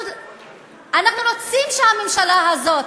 אנחנו רוצים שהממשלה הזאת